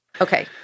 Okay